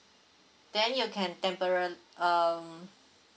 then you can tempora~ um